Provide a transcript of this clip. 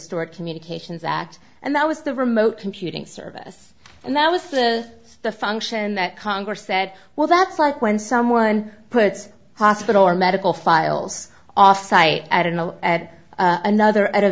stuart communications act and that was the remote computing service and that was the the function that congress said well that's like when someone puts hospital or medical files offsite at an add another at a